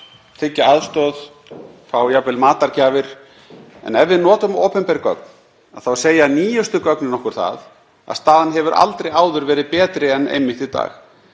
þiggja aðstoð, fá jafnvel matargjafir. En ef við notum opinber gögn þá segja nýjustu gögnin okkur að staðan hefur aldrei áður verið betri en einmitt í dag,